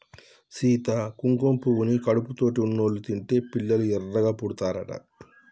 సీత కుంకుమ పువ్వుని కడుపుతోటి ఉన్నోళ్ళు తింటే పిల్లలు ఎర్రగా పుడతారట